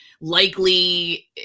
likely